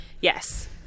Yes